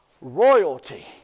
Royalty